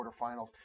quarterfinals